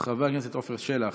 חבר הכנסת עפר שלח,